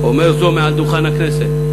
אומר זאת מעל דוכן הכנסת,